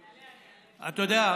אתה יודע,